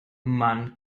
man